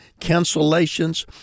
cancellations